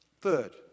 Third